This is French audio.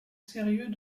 sérieux